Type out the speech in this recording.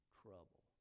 trouble